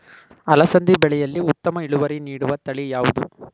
ಅಲಸಂದಿ ಬೆಳೆಯಲ್ಲಿ ಉತ್ತಮ ಇಳುವರಿ ನೀಡುವ ತಳಿ ಯಾವುದು?